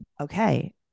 Okay